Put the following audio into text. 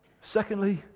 Secondly